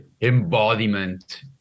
embodiment